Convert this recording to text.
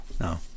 No